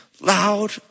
loud